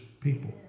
people